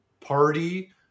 party